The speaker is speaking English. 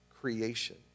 creation